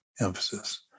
emphasis